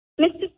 Mr